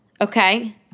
okay